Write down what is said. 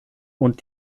und